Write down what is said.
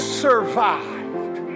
survived